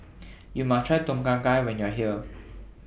YOU must Try Tom Kha Gai when YOU Are here